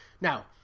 Now